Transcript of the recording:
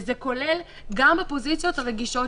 וזה כולל גם בפוזיציות הרגישות ביותר.